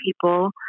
people